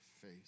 face